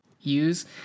use